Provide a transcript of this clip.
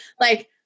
Like-